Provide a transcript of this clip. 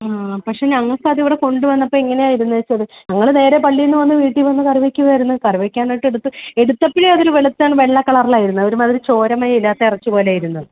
ആ പക്ഷേ ഞങ്ങൾക്കതിവിടെ കൊണ്ടുവന്നപ്പോൾ എങ്ങനെയാണ് ഇരുന്നേച്ചത് ഞങ്ങൾ നേരെ പള്ളീന്ന് വന്നു വീട്ടിൽ വന്ന് കയറി വെക്കുകയായിരുന്നു കറിവെക്കാനായിട്ട് എടുത്തു എടുത്തപ്പഴേ അതൊരു വെളുത്താണ് വെള്ള കളറിലായിരുന്നു ഒരുമാതിരി ചോരമയമില്ലാത്ത ഇറച്ചി പോലെ ഇരുന്നത്